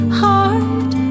heart